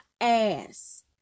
ass